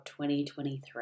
2023